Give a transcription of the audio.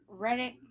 Reddit